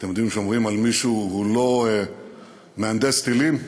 אתם יודעים שאומרים על מישהו "הוא לא מהנדס טילים",